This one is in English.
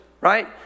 right